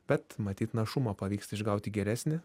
bet matyt našumą pavyksta išgauti geresnį